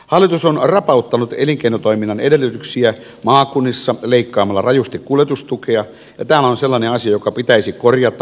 hallitus on rapauttanut elinkeinotoiminnan edellytyksiä maakunnissa leikkaamalla rajusti kuljetustukea ja tämä on sellainen asia joka pitäisi korjata